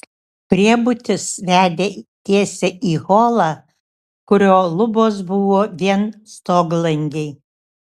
priebutis vedė tiesiai į holą kurio lubos buvo vien stoglangiai